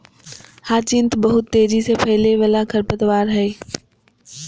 hyacinth बहुत तेजी से फैलय वाला खरपतवार हइ